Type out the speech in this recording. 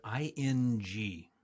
ing